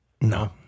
No